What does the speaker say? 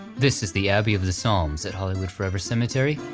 this is the abbey of the so palms at hollywood forever cemetery,